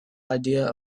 idea